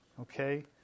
Okay